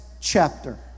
chapter